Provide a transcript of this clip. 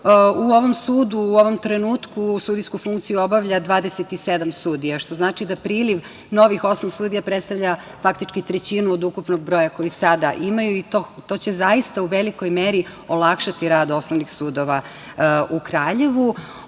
U ovom sudu, u ovom trenutku sudijsku funkciju obavlja 27 sudija, što znači da priliv novih osam sudija predstavlja faktički trećinu od ukupnog broja koji sada imaju i to će zaista u velikoj meri olakšati rad osnovnih sudova u Kraljevu. Ovo